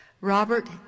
Robert